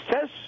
says